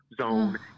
zone